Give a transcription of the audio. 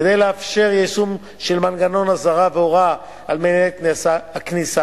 כדי לאפשר יישום של מנגנון אזהרה והוראה על מניעת הכניסה,